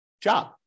job